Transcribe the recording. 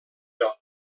del